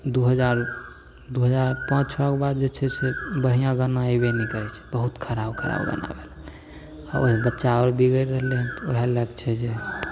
दू हजार दू हजार पाँच छओ कऽ बाद जे छै से बढ़िआँ गाना एबे नहि करैत छै बहुत खराब खराब गाना आबे लागलै बच्चा आओर बिगड़ि रहलै हन तऽ ओहए लए कऽ छै जे